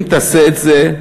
אם תעשה את זה,